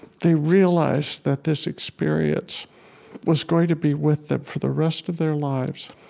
they realized that this experience was going to be with for the rest of their lives,